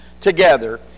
together